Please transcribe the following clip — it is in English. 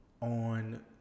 on